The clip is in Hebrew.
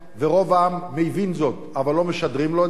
ורוב העם מבין זאת אבל לא משדרים לו את זאת,